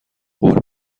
قول